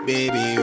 Baby